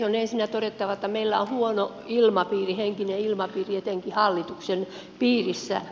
on ensinnä todettava että meillä on huono henkinen ilmapiiri etenkin hallituksen piirissä